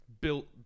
built